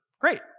Great